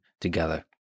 together